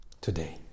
today